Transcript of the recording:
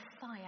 fire